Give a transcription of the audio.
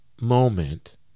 moment